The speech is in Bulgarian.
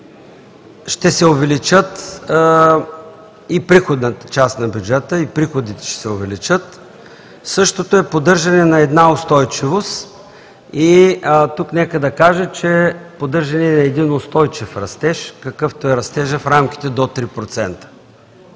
ще се увеличи и приходната част на бюджета и приходите ще се увеличат. Същото е поддържане на една устойчивост и тук нека да кажа поддържане на един устойчив растеж, какъвто е растежът в рамките до 3%.